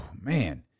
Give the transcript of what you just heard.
man